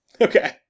Okay